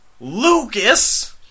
Lucas